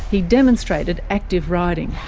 he demonstrated active riding.